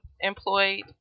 employed